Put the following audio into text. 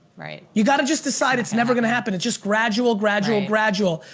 you gotta just decide it's never gonna happen. it's just gradual, gradual, gradual.